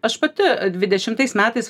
aš pati dvidešimtais metais